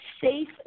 safe